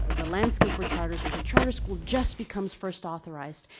the landscape for charters is a charter school just becomes first authorized,